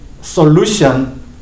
solution